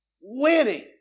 winning